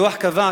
הדוח קבע,